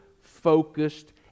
focused